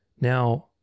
Now